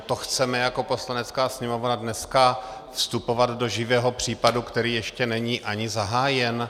To chceme jako Poslanecká sněmovna dnes vstupovat do živého případu, který ještě není ani zahájen?